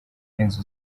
inzu